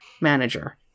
manager